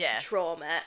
trauma